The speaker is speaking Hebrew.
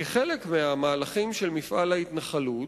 כחלק מהמהלכים של מפעל ההתנחלות,